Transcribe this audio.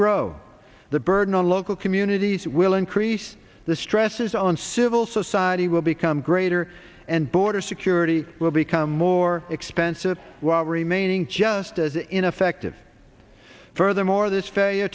grow the burden on local communities will increase the stresses on civil society will become greater and border security will become more expensive while remaining just as ineffective furthermore this fai